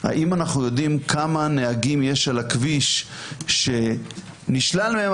האם אנחנו יודעים כמה נהגים יש על הכביש שנשלל מהם